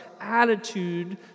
attitude